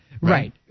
Right